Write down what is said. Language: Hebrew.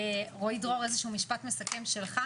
רועי דרור, איזשהו משפט מסכם שלך?